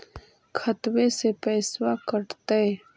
खतबे से पैसबा कटतय?